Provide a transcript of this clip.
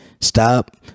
Stop